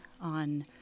on